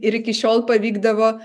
ir iki šiol pavykdavo